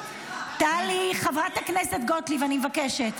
--- טלי, חברת הכנסת גוטליב, אני מבקשת.